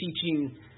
teaching